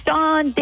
Don